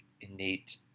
innate